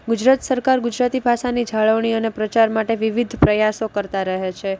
ગુજરાત સરકાર ગુજરાતી ભાષાની જાળવણી અને પ્રચાર માટે વિવિધ પ્રયાસો કરતાં રહે છે